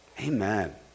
Amen